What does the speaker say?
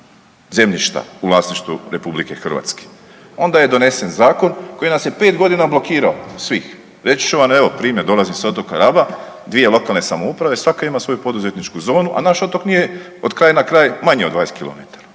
zemljišta u vlasništvu RH. Onda je donesen zakon koji nas je 5 godina blokirao, svih. Reći ću vam evo, primjer, dolazim s otoka Raba, dvije lokalne samouprave, svaka ima svoju poduzetničku zonu, a naš otok nije od kraja na kraj manji od 20 km,